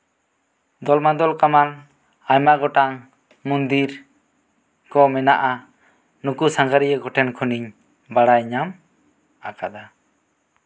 ᱫᱚᱞ ᱢᱟᱫᱚᱞ ᱠᱟᱢᱟᱱ ᱟᱭᱢᱟ ᱜᱚᱴᱟᱱ ᱢᱚᱱᱫᱤᱨ ᱠᱚ ᱢᱮᱱᱟᱜᱼᱟ ᱱᱩᱠᱩ ᱥᱟᱸᱜᱷᱟᱨᱤᱭᱟᱹ ᱠᱚ ᱴᱷᱮᱱ ᱠᱷᱚᱱᱤᱧ ᱵᱟᱲᱟᱭ ᱧᱟᱢ ᱟᱠᱟᱫᱟ